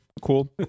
cool